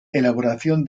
elaboración